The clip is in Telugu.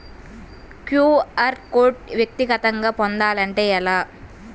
క్యూ.అర్ కోడ్ వ్యక్తిగతంగా పొందాలంటే ఎలా?